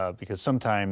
ah because sometimes